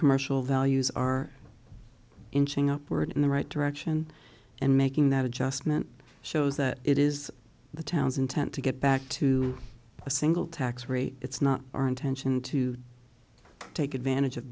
commercial values are inching up word in the right direction and making that adjustment shows that it is the town's intent to get back to a single tax rate it's not our intention to take advantage of